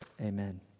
Amen